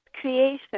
creation